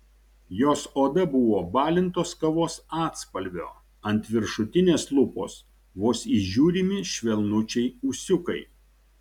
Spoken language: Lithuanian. jos oda buvo balintos kavos atspalvio ant viršutinės lūpos vos įžiūrimi švelnučiai ūsiukai